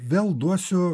vėl duosiu